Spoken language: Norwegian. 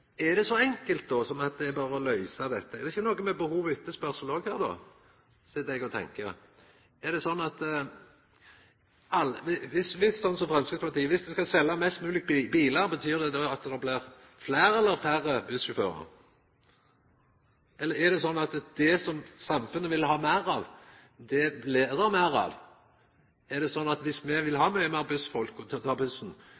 enkelt som at det berre er å løysa dette? Er det ikkje noko med behov og etterspørsel her òg då, sit eg og tenkjer? Dersom ein – som Framstegspartiet ønskjer – skal selja flest mogleg bilar, betyr det då at det blir fleire eller færre bussjåførar? Eller er det sånn at det som samfunnet vil ha meir av, det blir det meir av? Er det sånn at dersom me vil